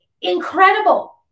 incredible